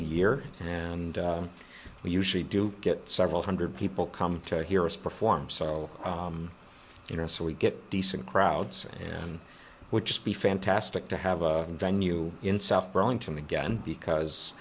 a year and we usually do get several hundred people come to hear us perform so you know so we get decent crowds and would just be fantastic to have a venue in south burlington again because